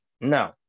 no